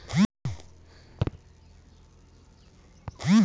बारा दिन से पैसा बा न आबा ता तनी ख्ताबा देख के बताई की चालु बा की बंद हों गेल बा?